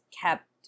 kept